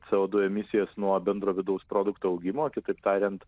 savo dujų emisijas nuo bendro vidaus produkto augimo kitaip tariant